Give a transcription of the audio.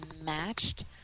matched